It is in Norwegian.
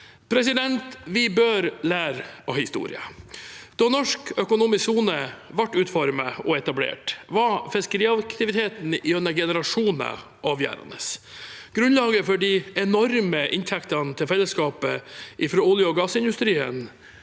overvekt. Vi bør lære av historien. Da norsk økonomisk sone ble utformet og etablert, var fiskeriaktiviteten gjennom generasjoner avgjørende. Grunnlaget for de enorme inntektene til fellesskapet fra olje- og gassindustrien,